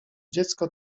dziecko